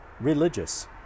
religious